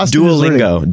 Duolingo